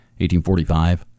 1845